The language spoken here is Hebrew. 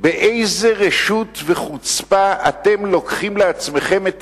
באיזה רשות וחוצפה אתם לוקחים לעצמכם את